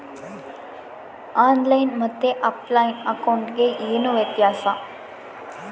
On line ಮತ್ತೆ offline ಅಕೌಂಟಿಗೆ ಏನು ವ್ಯತ್ಯಾಸ?